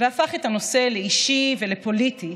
והפך את הנושא לאישי ולפוליטי,